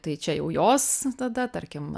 tai čia jau jos tada tarkim